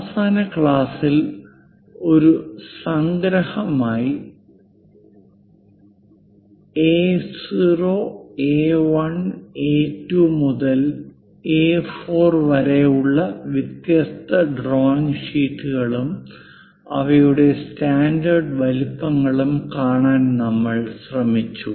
അവസാന ക്ലാസിൽ ഒരു സംഗ്രഹമായി എ0 എ1 എ2 A0 A1 A2 മുതൽ എ4 വരെ ഉള്ള വ്യത്യസ്ത ഡ്രോയിംഗ് ഷീറ്റുകളും അവയുടെ സ്റ്റാൻഡേർഡ് വലുപ്പങ്ങളും കാണാൻ നമ്മൾ ശ്രമിച്ചു